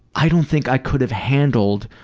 i don't think i could've handled